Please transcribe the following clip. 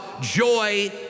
joy